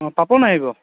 অ' পাপন আহিব